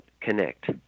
connect